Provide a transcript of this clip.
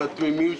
של התמימים,